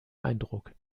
eindruck